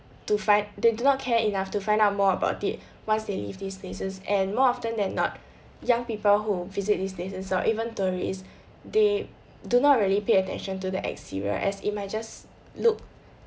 to find they do not care enough to find out more about it once they leave these places and more often than not young people who visit these places or even tourists they do not really pay attention to the exterior as images look